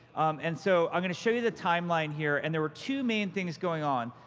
and so i'm going to show you the timeline here. and there were two main things going on.